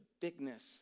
bigness